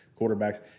quarterbacks